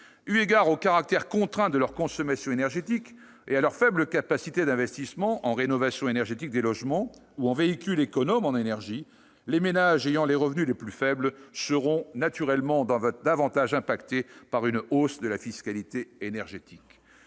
Eu égard au caractère contraint de leur consommation énergétique et à leur faible capacité d'investissement en rénovation énergétique des logements ou en véhicules économes en énergie, les ménages ayant les revenus les plus faibles seront naturellement davantage impactés par une hausse de la fiscalité énergétique.